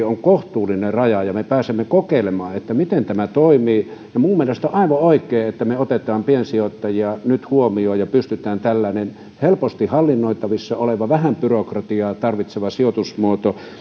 on kuitenkin kohtuullinen raja ja me pääsemme kokeilemaan miten tämä toimii ja minun mielestäni on aivan oikein että me otamme piensijoittajia nyt huomioon ja pystytään luomaan tällainen helposti hallinnoitavissa oleva vähän byrokratiaa tarvitseva sijoitusmuoto